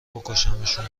بکشمشون